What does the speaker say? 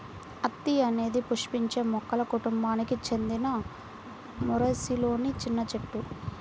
అత్తి అనేది పుష్పించే మొక్కల కుటుంబానికి చెందిన మోరేసిలోని చిన్న చెట్టు